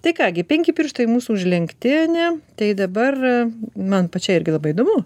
tai ką gi penki pirštai mūsų užlenkti ane tai dabar man pačiai irgi labai įdomu